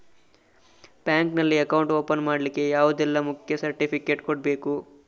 Bank ನಲ್ಲಿ account open ಮಾಡ್ಲಿಕ್ಕೆ ಯಾವುದೆಲ್ಲ ಮುಖ್ಯ ಸರ್ಟಿಫಿಕೇಟ್ ಕೊಡ್ಬೇಕು?